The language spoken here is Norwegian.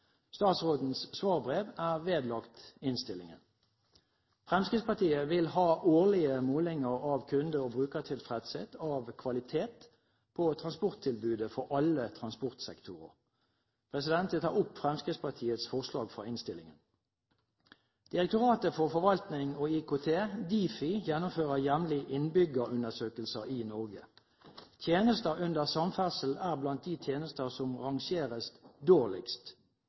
Statsrådens svarbrev er vedlagt innstillingen. Fremskrittspartiet vil ha årlige målinger av kunde- og brukertilfredshet av kvalitet på transporttilbudet for alle transportsektorer. Jeg tar opp Fremskrittspartiets forslag i innstillingen. Direktoratet for forvaltning og IKT – Difi – gjennomfører jevnlig innbyggerundersøkelser i Norge. Tjenester under samferdsel er blant de tjenester som rangeres dårligst.